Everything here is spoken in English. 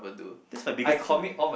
that's my biggest takeaway